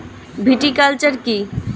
Viticulture কী?